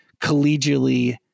collegially